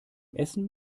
essen